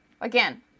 Again